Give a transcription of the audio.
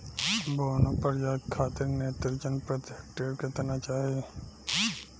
बौना प्रजाति खातिर नेत्रजन प्रति हेक्टेयर केतना चाही?